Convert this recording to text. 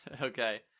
Okay